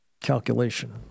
calculation